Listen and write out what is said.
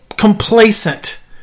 complacent